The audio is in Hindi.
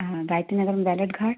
हाँ गायत्री नगर में बैलेट घाट